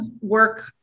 work